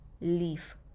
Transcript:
leave